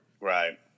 Right